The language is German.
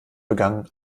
begangen